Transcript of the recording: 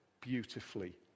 beautifully